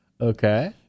Okay